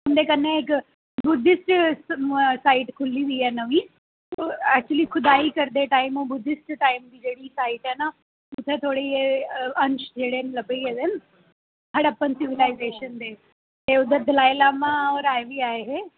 हां जी ओह् बड़ी खूबसूरत जगह् बड़ी मानता आह्ली जगह् ऐ